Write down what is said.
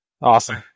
Awesome